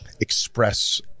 express